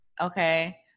okay